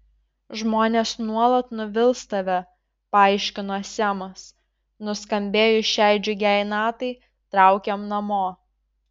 žmonės nuolat nuvils tave paaiškino semas nuskambėjus šiai džiugiai natai traukiam namo